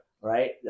Right